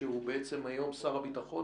שהוא בעצם היום שר הביטחון,